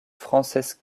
francesc